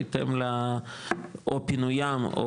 בהתאם ל- או פנויים,